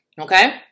Okay